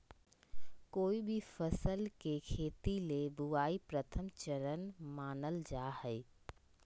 कोय भी फसल के खेती ले बुआई प्रथम चरण मानल जा हय